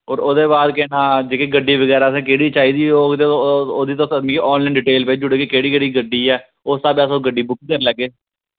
और ओह्दे बाद केह् नां जेह्की गड्डी बगैरा असें जेह्ड़ी चाहिदी होग ते ओह्दे ओह्दी तुस मिकी आनलाइन डिटेल भेजी ओड़ेओ कि केह्ड़ी केह्ड़ी गड्डी ऐ उस स्हाबै अस ओह् गड्डी बुक करी लैगे